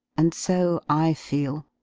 and so i feel.